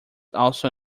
also